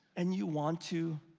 and you want to